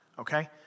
okay